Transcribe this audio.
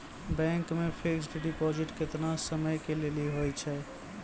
Bank मे fixed deposit केतना समय के लेली होय छै?